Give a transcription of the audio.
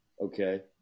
Okay